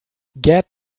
gerd